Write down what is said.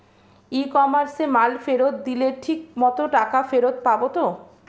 ই কমার্সে মাল ফেরত দিলে ঠিক মতো টাকা ফেরত পাব তো?